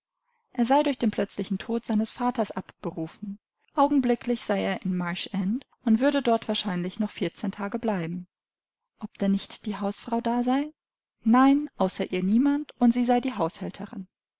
er sei durch den plötzlichen tod seines vaters abberufen augenblicklich sei er in marsh end und würde dort wahrscheinlich noch vierzehn tage bleiben ob denn nicht die hausfrau da sei nein außer ihr niemand und sie sei die